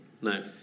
No